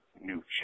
new